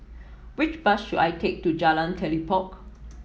which bus should I take to Jalan Telipok